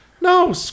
No